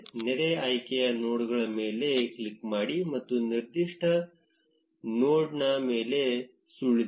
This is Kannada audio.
ನೇರ ಆಯ್ಕೆಯ ನೋಡ್ಗಳ ಮೇಲೆ ಕ್ಲಿಕ್ ಮಾಡಿ ಮತ್ತು ನಿರ್ದಿಷ್ಟ ನೋಡ್ನ ಮೇಲೆ ಸುಳಿದಾಡಿ